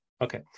Okay